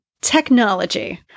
technology